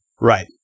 Right